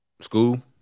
School